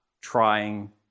trying